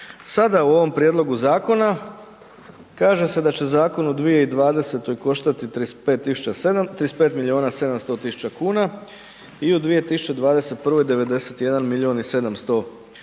Sada u ovom prijedlogu zakona kaže se da će zakon u 2020. koštati 35.700.000 kuna i u 2021. 91.700.000 kuna,